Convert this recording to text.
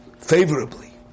favorably